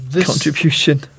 contribution